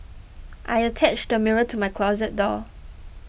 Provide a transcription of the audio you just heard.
I attached a mirror to my closet door